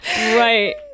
right